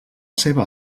seva